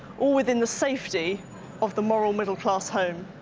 all within the safety of the moral middle class home.